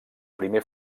primer